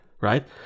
right